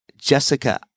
Jessica